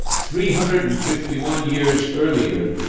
three hundred and fifty one years earlier,